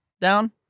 down